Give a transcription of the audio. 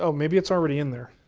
um maybe it's already in there.